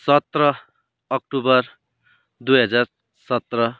सत्र अक्टोबर दुई हजार सत्र